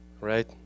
right